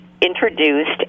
introduced